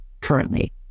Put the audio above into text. currently